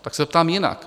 Tak se ptám jinak.